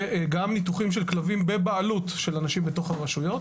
וגם ניתוחים של כלבים בבעלות של אנשים בתוך הרשויות,